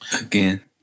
again